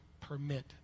permit